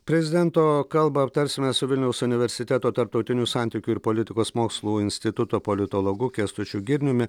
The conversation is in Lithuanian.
prezidento kalbą aptarsime su vilniaus universiteto tarptautinių santykių ir politikos mokslų instituto politologu kęstučiu girniumi